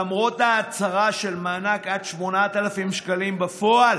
למרות ההצהרה על מענק עד 8,000 בפועל,